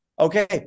okay